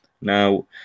Now